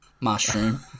mushroom